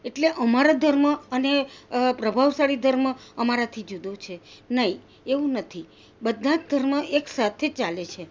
એટલે અમારા ધર્મ અને પ્રભાવશાળી ધર્મ અમારાથી જુદો છે નહીં એવું નથી બધા જ ધર્મ એકસાથે જ ચાલે છે